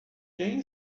quem